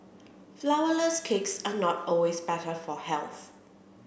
flourless cakes are not always better for health